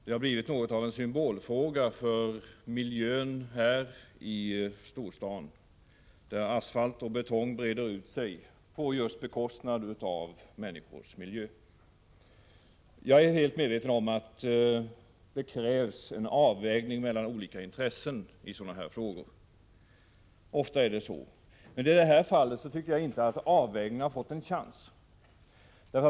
Det har blivit något av en symbolfråga då det gäller miljöintressen här i storstaden, där asfalt och betong breder ut sig på bekostnad av just människors miljö. Jag är helt medveten om att det ofta i sådana här frågor krävs en avvägning mellan olika intressen. Men i det här fallet tycker jag inte att avvägningen har fått någon chans.